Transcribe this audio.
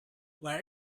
where